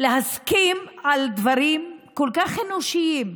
להסכים על דברים כל כך אנושיים,